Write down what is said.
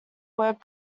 word